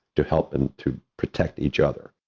to help and to protect each other.